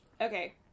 Okay